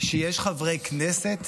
שיש חברי כנסת